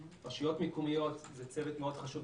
רשויות מקומיות זה צוות חשוב מאוד.